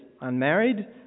unmarried